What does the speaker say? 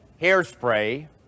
hairspray